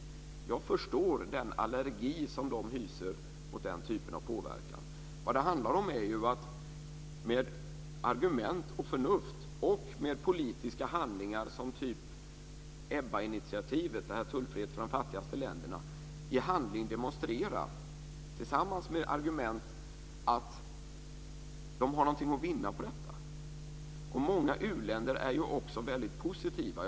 Jag förstår den allergi som u-länderna hyser mot den typen av påverkan. Vad det handlar om är att med argument och förnuft och med politiska åtgärder - såsom EBBA initiativet, som innebär tullfrihet för de fattigaste länderna - i handling demonstrera tillsammans med argument att de har någonting att vinna på detta. Många u-länder är också väldigt positiva.